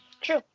True